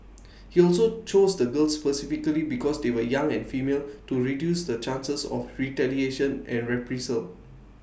he also chose the girls specifically because they were young and female to reduce the chances of retaliation and reprisal